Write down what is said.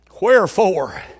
Wherefore